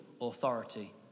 authority